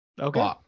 Okay